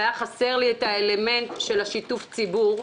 שהיה חסר לי האלמנט של שיתוף ציבור,